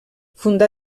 fundà